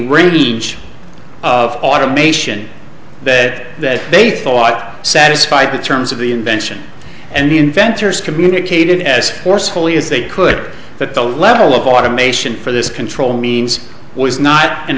each of automation that they thought satisfied the terms of the invention and the inventors communicated as forcefully as they could that the level of automation for this control means was not an